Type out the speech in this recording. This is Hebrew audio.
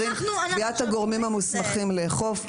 קביעת הגורמים המוסמכים לאכוף,